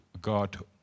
God